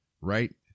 right